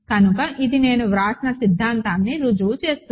కనుక ఇది నేను వ్రాసిన సిద్ధాంతాన్ని రుజువు చేస్తుంది